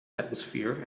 atmosphere